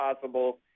possible